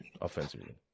offensively